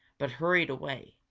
but hurried away,